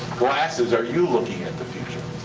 glasses are you looking at the future?